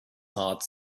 heart